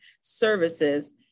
services